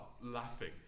laughing